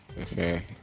okay